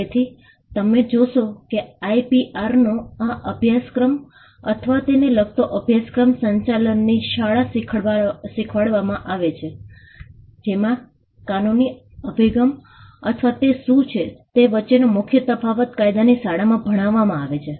તેથી તમે જોશો કે આઇપીઆરનો આ અભ્યાસક્રમ અથવા તેને લગતો અભ્યાસક્રમ સંચાલનની શાળા શીખવાડવામાં આવે છે જેમાં કાનૂની અભિગમ અથવા તે શું છે તે વચ્ચેનો મુખ્ય તફાવત કાયદાની શાળામાં ભણાવવામાં આવે છે